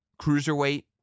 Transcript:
cruiserweight